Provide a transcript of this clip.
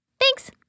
Thanks